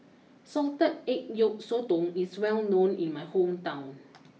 Salted Egg Yolk Sotong is well known in my hometown